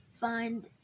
find